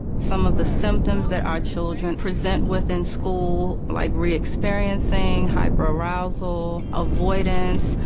some of the symptoms that our children present with in school, like reexperiencing hyper arousal, avoidance,